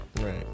Right